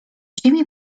ziemi